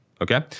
okay